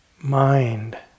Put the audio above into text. mind